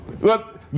look